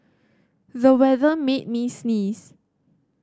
the weather made me sneeze